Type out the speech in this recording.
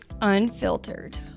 unfiltered